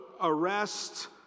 arrest